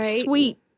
sweet